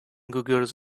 goggles